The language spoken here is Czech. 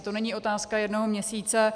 To není otázka jednoho měsíce.